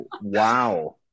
Wow